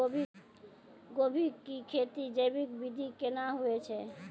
गोभी की खेती जैविक विधि केना हुए छ?